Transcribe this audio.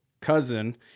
cousin